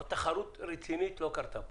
אבל תחרות רצינית לא קרתה כאן.